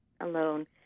alone